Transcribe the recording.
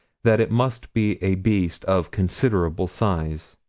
that it must be a beast of considerable size.